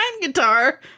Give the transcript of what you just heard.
guitar